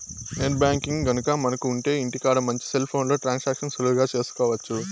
net banking గనక మనకు ఉంటె ఇంటికాడ నుంచి సెల్ ఫోన్లో ట్రాన్సాక్షన్స్ సులువుగా చేసుకోవచ్చు